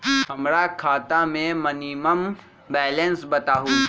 हमरा खाता में मिनिमम बैलेंस बताहु?